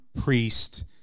Priest